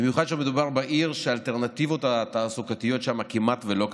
ובמיוחד כשמדובר בעיר שהאלטרנטיבות התעסוקתיות שם כמעט ולא קיימות.